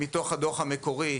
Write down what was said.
מתוך הדוח המקורי,